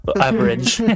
average